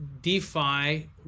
DeFi